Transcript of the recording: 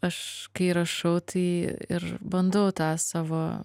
aš kai rašau tai ir bandau tą savo